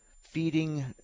feeding